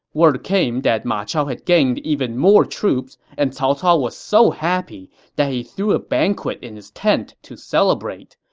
word came that ma chao had gained even more troops, and cao cao was so happy that he threw a banquet in his tent to celebrate,